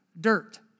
dirt